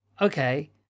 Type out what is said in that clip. okay